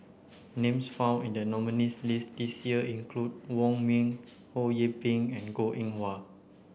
names found in the nominees' list this year include Wong Ming Ho Yee Ping and Goh Eng Wah